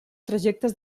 trajectes